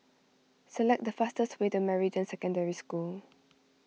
select the fastest way to Meridian Secondary School